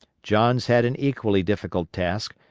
johns had an equally difficult task,